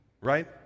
right